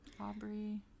Aubrey